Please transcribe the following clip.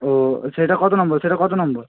ও সেটা কত নম্বর সেটা কত নম্বর